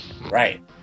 right